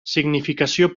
significació